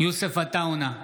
יוסף עטאונה,